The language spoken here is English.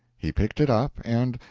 he picked it up, and,